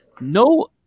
No